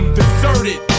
deserted